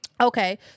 Okay